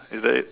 is there